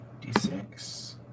D6